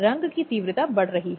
साथ ही बच्चों के लिए भी